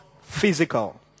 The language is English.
physical